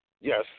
Yes